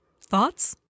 Thoughts